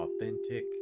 authentic